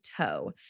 toe